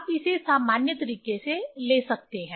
आप इसे सामान्य तरीके से ले सकते हैं